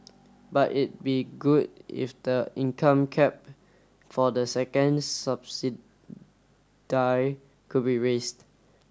but it be good if the income cap for the second could be raised